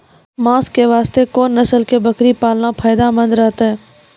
मांस के वास्ते कोंन नस्ल के बकरी पालना फायदे मंद रहतै?